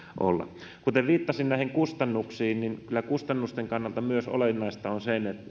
olla enemmän kuten viittasin näihin kustannuksiin niin kyllä kustannusten kannalta olennaista on myös